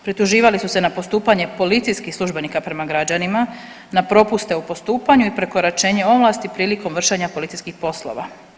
Prituživali su se na postupanje policijskih službenika prema građanima, na propuste u postupanju i prekoračenju ovlasti prilikom vršenja policijskih poslova.